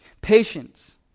patience